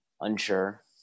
unsure